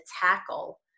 tackle